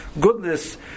goodness